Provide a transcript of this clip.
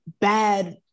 bad